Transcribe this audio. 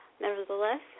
nevertheless